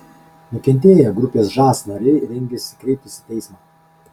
nukentėję grupės žas nariai rengiasi kreiptis į teismą